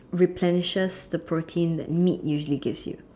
replenishes the protein the meat usually gives you